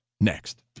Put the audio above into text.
Next